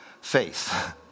faith